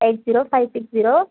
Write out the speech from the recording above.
eight zero five six zero